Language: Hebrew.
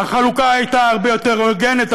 והחלוקה הייתה הרבה יותר הוגנת,